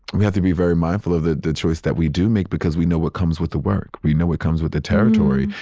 we have to be very mindful of the the choice that we do make because we know what comes with the work. we know it comes with the territory.